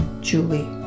Julie